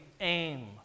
aim